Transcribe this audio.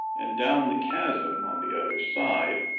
and down the chasm on the other side,